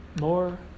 more